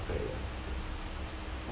stars 不会 affect 的